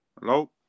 Hello